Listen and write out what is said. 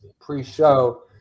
pre-show